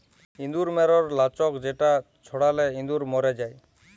ইঁদুর ম্যরর লাচ্ক যেটা ছড়ালে ইঁদুর ম্যর যায়